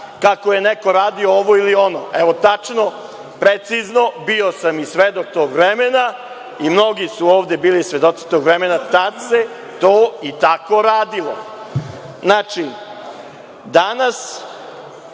kako je neko radio ovo ili ono. Evo, tačno, precizno, bio sam i svedok tog vremena, i mnogi su ovde bili svedoci tog vremena, tada se to i tako radilo. Znači, danas